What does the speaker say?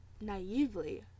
naively